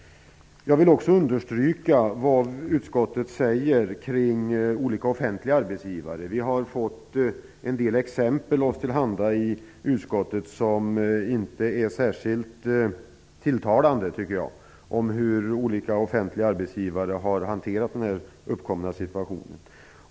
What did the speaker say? Jag vill också understryka det som utskottet säger om olika offentliga arbetsgivare. Vi har fått en del exempel oss till handa som inte är särskilt tilltalande om hur olika offentliga arbetsgivare har hanterat den uppkomna situationen.